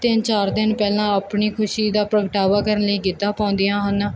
ਤਿੰਨ ਚਾਰ ਦਿਨ ਪਹਿਲਾਂ ਆਪਣੀ ਖੁਸ਼ੀ ਦਾ ਪ੍ਰਗਟਾਵਾ ਕਰਨ ਲਈ ਗਿੱਧਾ ਪਾਉਂਦੀਆਂ ਹਨ